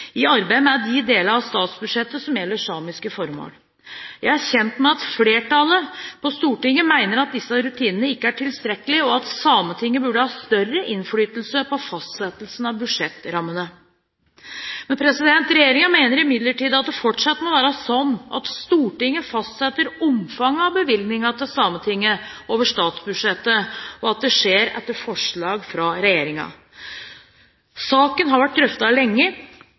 i arbeidet med de delene av statsbudsjettet som gjelder samiske formål. Jeg er kjent med at flertallet i Sametinget mener disse rutinene ikke er tilstrekkelige, og at Sametinget burde ha større innflytelse på fastsettelsen av budsjettrammene. Regjeringen mener imidlertid at det fortsatt må være sånn at Stortinget fastsetter omfanget av bevilgningene til Sametinget over statsbudsjettet, og at det skjer etter forslag fra regjeringen. Saken har vært drøftet lenge,